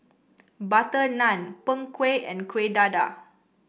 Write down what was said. butter naan Png Kueh and Kuih Dadar